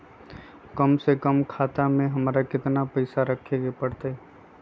कम से कम खाता में हमरा कितना पैसा रखे के परतई?